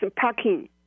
parking